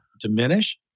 diminish